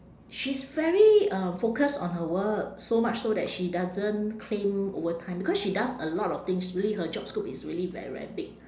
she's very um focus on her work so much so that she doesn't claim overtime because she does a lot of things really her job scope is really very very big